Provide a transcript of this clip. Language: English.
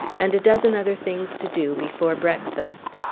and a dozen other things to do, before breakfast.